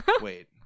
Wait